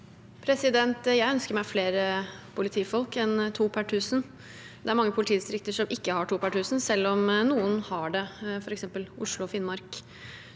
Jeg ønsker meg fle- re politifolk enn to per tusen. Det er mange politidistrikter som ikke har to per tusen, selv om noen har det, f.eks. Oslo og Finnmark.